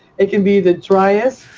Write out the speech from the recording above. it can be the driest,